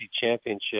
Championship